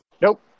Nope